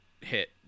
hit